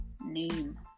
name